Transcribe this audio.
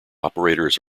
operators